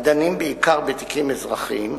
הדנים בעיקר בתיקים אזרחיים,